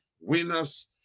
Winners